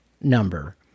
number